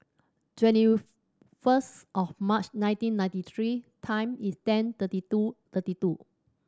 twenty first of March nineteen ninety three ten instead thirty two thirty two